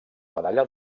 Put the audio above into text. medalla